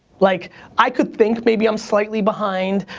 like i could think maybe i'm slightly behind.